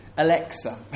Alexa